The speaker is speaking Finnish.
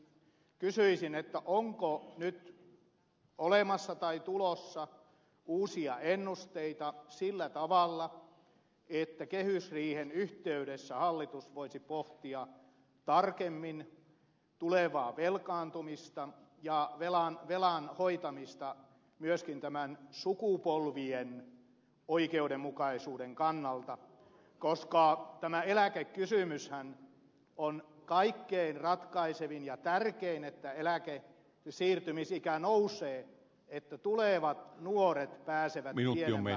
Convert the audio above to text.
onko nyt olemassa tai tulossa uusia ennusteita sillä tavalla että kehysriihen yhteydessä hallitus voisi pohtia tarkemmin tulevaa velkaantumista ja velan hoitamista myöskin sukupolvien oikeudenmukaisuuden kannalta koska tämä eläkekysymyshän on kaikkein ratkaisevin ja tärkein että eläkkeellesiirtymisikä nousee että tulevat nuoret pääsevät pienemmällä taakalla